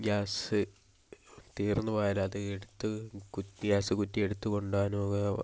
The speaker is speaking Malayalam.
ഗ്യാസ് തീർന്നു പോയാൽ അത് എടുത്ത് കുറ്റി ഗ്യാസ് കുറ്റി എടുത്തു കൊണ്ടു പോകാനും ഉപയോ